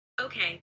Okay